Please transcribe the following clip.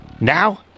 Now